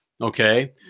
okay